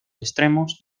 extremos